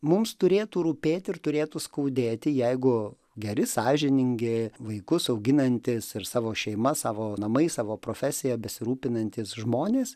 mums turėtų rūpėti ir turėtų skaudėti jeigu geri sąžiningi vaikus auginantys ir savo šeimas savo namais savo profesija besirūpinantys žmonės